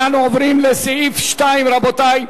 אנחנו עוברים לסעיף 2. רבותי,